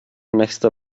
nächste